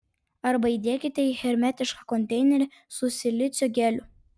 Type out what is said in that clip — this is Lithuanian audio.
arba įdėkite į hermetišką konteinerį su silicio geliu